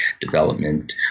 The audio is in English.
development